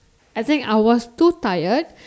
I think I was too tired